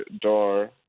door